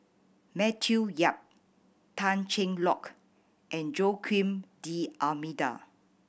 Matthew Yap Tan Cheng Lock and Joaquim D'Almeida